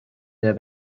der